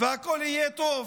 והכול יהיה טוב.